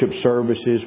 services